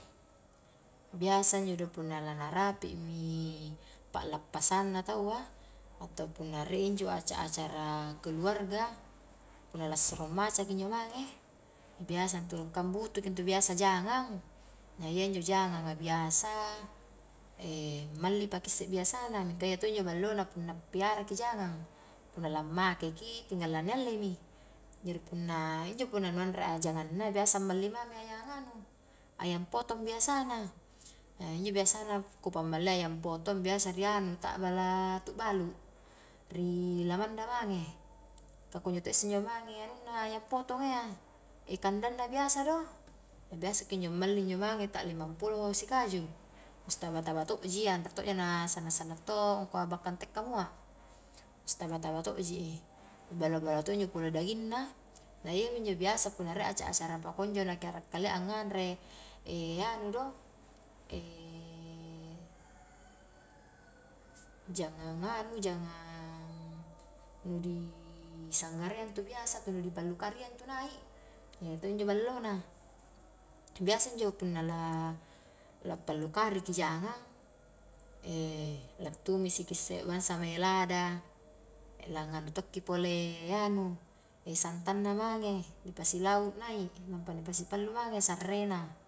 Biasa injo do punna lana rapi mi pa'lappasangna tau a, atau punna rie injo acara-acara keluarga, punna lassoro maca kinjo mange, biasa intu nu, kambutuki intu biasa jangang, na iya injo jangang a biasa, malli paki isse biasana mingka iya to injo ballona punna piaraki jangang, punna lammakeki tinggal lani allemi, jari punna injo punna nu anre a jangangna biasa malli mami ayang anu, ayam potong biasana, injo biasana ku pammaliang ayam potong biasa ri anu tabbala tu balu, ri lamanda mange ka kunjo to isse injo mange anunna ayam potonga iya, kandangna biasa do, biasa kinjo malli injo mage ta lima pulo sikaju, sitaba-taba tojji iya nare to ja na sanna-sanna to angkua bakka nte kamua, sitaba-taba tojji, balo-ballo to injo pole dagingna, na iya mi injo biasa punna rie acara-acara pakunjo naki akraka kalia nganre anu do, jangang anu jangang nu di sanggarayya intu biasa atau ni pallu kari iya intu naik he iya to injo ballona biasa injo punna la lappallu kariki jangang lattumisi ki isse bangsa mae lada langanu tokki pole anu, santanna mange. ni pasilau nai', nampa ni pasipallu mange sarrena.